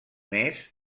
més